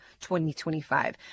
2025